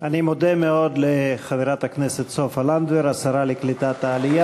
אני מודה מאוד לחברת הכנסת סופה לנדבר, שרת העלייה